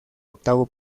octavo